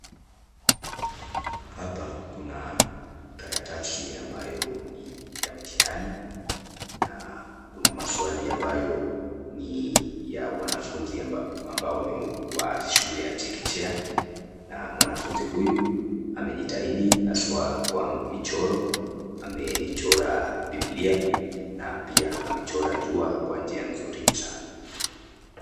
Hapa kuna karatasi ambayo ni ya mtihani na kuna maswali ambayo ni ya wanafunzi amba ambao ni wa shule ya chekechea na mwanafunzi huyu amejitahidi haswa kwa michoro. Amechora bibilia na pia amechora jua kwa njia nzuri sana.